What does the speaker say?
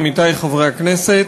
עמיתי חברי הכנסת,